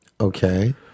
Okay